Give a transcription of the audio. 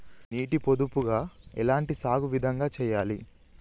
నీటి పొదుపుగా ఎలాంటి సాగు విధంగా ఉండాలి?